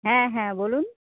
হ্যাঁ হ্যাঁ বলুন